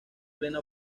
plena